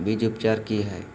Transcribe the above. बीज उपचार कि हैय?